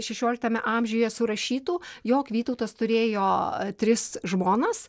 šešioliktame amžiuje surašytų jog vytautas turėjo tris žmonas